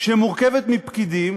שמורכבת מפקידים